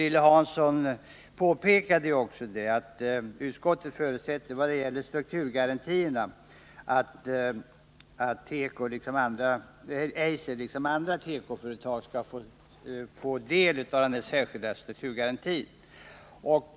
Lilly Hansson påpekade också att utskottet förutsätter att Eiser liksom andra tekoföretag skall få del av de särskilda strukturgarantierna.